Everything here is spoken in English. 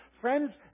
friends